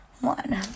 one